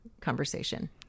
conversation